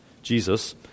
Jesus